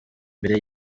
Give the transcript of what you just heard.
mbere